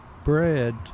bread